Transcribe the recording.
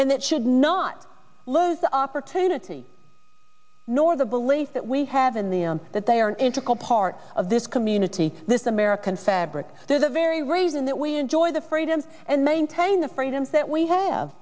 and that should not lose the opportunity nor the belief that we have in the end that they are an integral part of this community this american fabric they're the very reason that we enjoy the freedoms and maintain the freedoms that we have